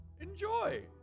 Enjoy